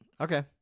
okay